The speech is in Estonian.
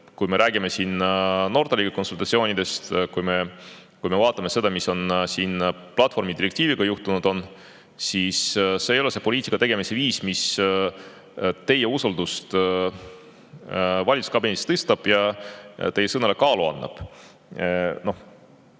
Kui me räägime siin Nortali konsultatsioonidest, kui me vaatame seda, mis on platvormitöö direktiiviga juhtunud, siis see ei ole poliitika tegemise viis, mis teie usaldust valitsuskabinetis tõstab ja teie sõnale kaalu annab.